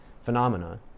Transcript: Phenomena